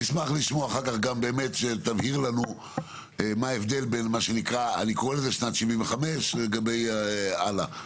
נשמח שתבהיר לנו בהמשך מה ההבדל בין שנת 75' והלאה.